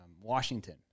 Washington